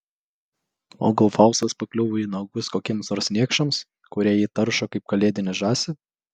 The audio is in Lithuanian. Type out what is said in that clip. o gal faustas pakliuvo į nagus kokiems nors niekšams kurie jį taršo kaip kalėdinę žąsį